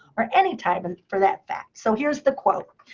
or any time and for that fact. so here's the quote.